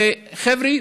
וחבר'ה,